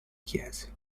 chiese